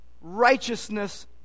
righteousness